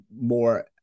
more